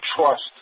trust